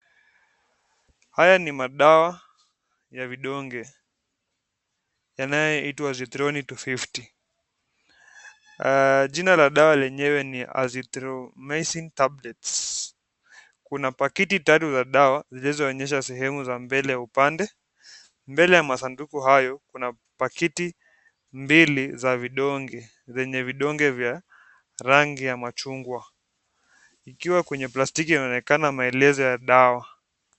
Haya ni madawa ya vidonge yanayoitwa Azithromycin 250 . Jina la dawa lenyewe ni Azithromycin Tablets . Kuna pakiti tatu za dawa zilizonyesha sehemu za mbele ya upande. Mbele ya masanduku hayo kuna pakiti mbili za vidonge zenye vidonge vya rangi ya machungwa. Ikiwa kwenye plastiki inaonekana maelezo ya dawa.